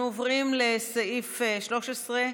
אנחנו עוברים לסעיף 13,